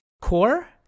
core